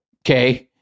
okay